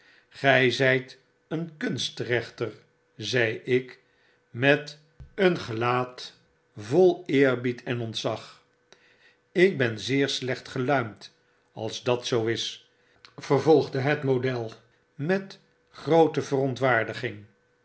zijt een kunstrechter zei ik met een gelaat vol eerbied en ontzag ik ben zeer slecht geluimd als dat zoo is vervolgde het model met groote verontwaardiging